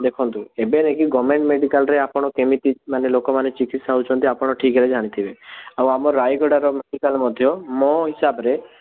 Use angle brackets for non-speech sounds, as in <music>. ଦେଖନ୍ତୁ ଏବେ <unintelligible> ଗଭର୍ନମେଣ୍ଟ ମେଡ଼ିକାଲରେ ଆପଣ କେମିତି ମାନେ ଲୋକମାନେ ଚିକିତ୍ସା ହେଉଛନ୍ତି ଆପଣ ଠିକ୍ ଭାବରେ ଜାଣିଥିବେ ଆଉ ଆମ ରାୟଗଡ଼ାର ମେଡ଼ିକାଲ ମଧ୍ୟ ମୋ ହିସାବରେ